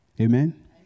Amen